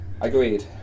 Agreed